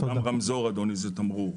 גם רמזור זה תמרור.